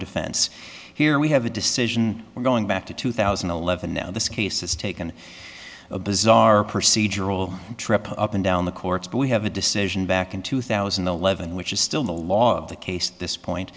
defense here we have a decision we're going back to two thousand and eleven now this case has taken a bizarre procedural trip up and down the courts but we have a decision back in two thousand and eleven which is still the law of the case this point